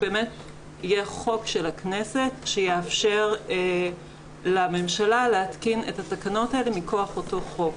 שיהיה חוק של הכנסת שיאפשר לממשלה להתקין את התקנות האלה מכוח אותו חוק.